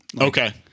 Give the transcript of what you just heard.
Okay